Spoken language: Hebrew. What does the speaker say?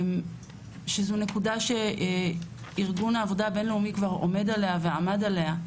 שזו נקודה שארגון העבודה הבינלאומי כבר עומד עליה ועמד עליה,